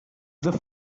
this